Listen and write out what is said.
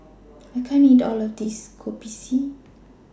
I can't eat All of This Kopi C